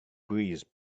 breeze